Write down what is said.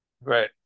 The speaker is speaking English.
Right